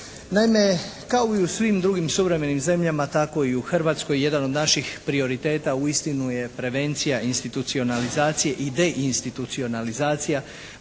Naime kao i u svim drugim suvremenim zemljama tako i u Hrvatskoj jedan od naših prioriteta uistinu je prevencija institucionalizacije i deinstitucionalizacija.